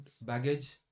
baggage